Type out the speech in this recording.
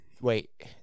Wait